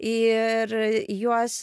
ir juos